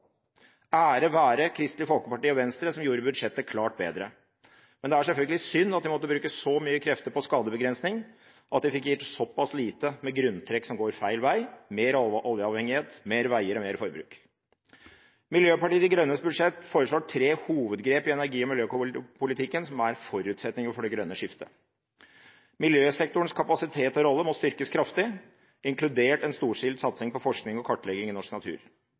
Ære være Kristelig Folkeparti og Venstre, som gjorde budsjettet klart bedre. Men det er selvfølgelig synd at de måtte bruke så mye krefter på skadebegrensning at de fikk gjort såpass lite med grunntrekk som går feil vei, mer oljeavhengighet, mer veier og mer forbruk. Miljøpartiet De Grønne foreslår tre hovedgrep i energi- og miljøpolitikken som er forutsetninger for det grønne skiftet. Miljøsektorens kapasitet og rolle må styrkes kraftig, inkludert en storstilt satsing på forskning og kartlegging i norsk natur.